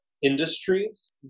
industries